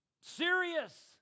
Serious